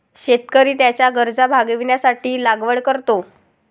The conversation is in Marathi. शेतकरी त्याच्या गरजा भागविण्यासाठी लागवड करतो